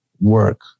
work